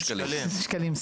שקלים.